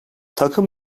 takım